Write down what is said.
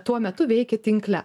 tuo metu veikia tinkle